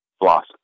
blossom